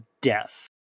death